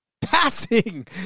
passing